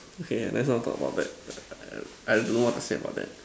okay lets not talk about that I don't know what to say about that